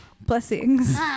blessings